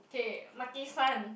okay Maki-San